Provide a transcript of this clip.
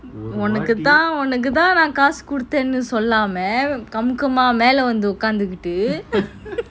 உன்னக்கு தான் உன்னக்கு தான் காசு குடுத்தனு சொல்லாம காமுகம மெல்ல வந்து உக்காந்துட்டு:unnaku thaan unnaku thaan kaasu kuduthanu sollama gamukama mella vanthu ukanthutu